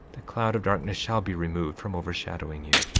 the cloud of darkness shall be removed from overshadowing you.